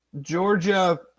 Georgia